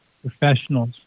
professionals